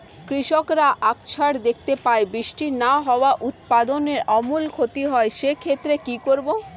কৃষকরা আকছার দেখতে পায় বৃষ্টি না হওয়ায় উৎপাদনের আমূল ক্ষতি হয়, সে ক্ষেত্রে কি করব?